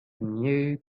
new